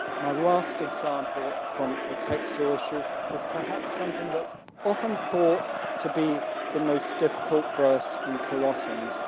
my last example from a textural issue is perhaps something that often thought to be the most difficult verse in colossians,